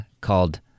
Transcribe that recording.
called